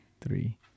three